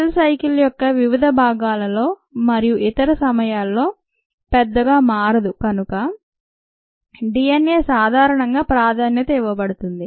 cell cycle యొక్క వివిధ భాగాలలో మరియు ఇతర సమయాల్లో పెద్దగా మారదు కనుక DNA సాధారణంగా ప్రాధాన్యత ఇవ్వబడుతుంది